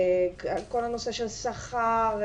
כל הנושא של שכר,